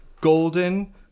golden